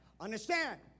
understand